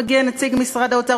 מגיע נציג משרד האוצר,